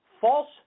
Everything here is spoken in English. false